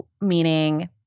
meaning